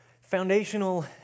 foundational